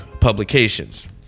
publications